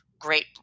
great